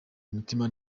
imitima